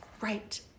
Right